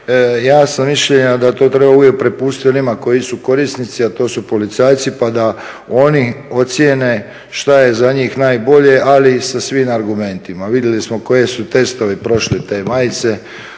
Ja sam mišljenja da to treba uvijek prepustiti onima koji su korisnici, a to su policajci pa da oni ocjene što je za njih najbolje, ali i sa svim argumentima. Vidjeli smo koje su testove prošle te majice,